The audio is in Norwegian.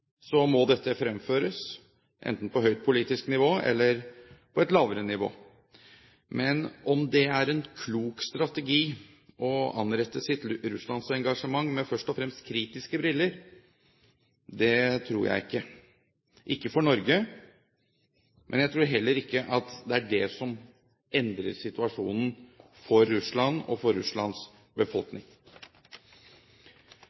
må dette fremføres enten på høyt politisk nivå eller på et lavere nivå. Men om det er en klok strategi å anrette sitt Russland-engasjement med først og fremst kritiske briller, tror jeg ikke – ikke for Norge, og jeg tror heller ikke at det er det som endrer situasjonen for Russland og for Russlands